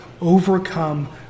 overcome